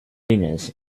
linus